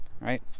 right